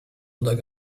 oder